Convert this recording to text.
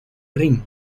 ring